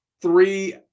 three